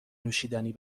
نوشیدنی